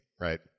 right